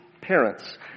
parents